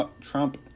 Trump